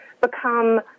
become